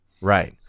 right